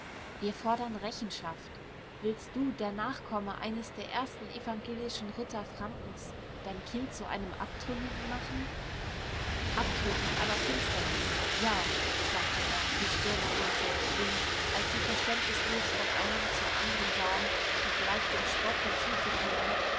wir fordern rechenschaft willst du der nachkomme eines der ersten evangelischen ritter frankens dein kind zu einem abtrünnigen machen abtrünnig aller finsternis ja sagte er die stirne runzelnd um als sie verständnislos von einem zum andern sahen mit leichtem spott hinzuzufügen